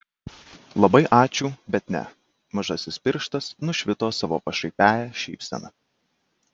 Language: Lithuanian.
labai ačiū bet ne mažasis pirštas nušvito savo pašaipiąja šypsena